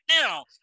now